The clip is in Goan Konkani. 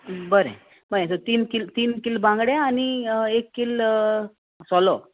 बरें बरें सो तीन किल तीन किल बांगड्या आनी एक किल सोलो